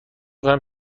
کنم